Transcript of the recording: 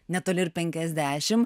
netoli ir penkiasdešim